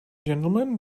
gentlemen